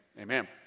amen